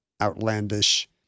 outlandish